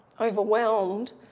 overwhelmed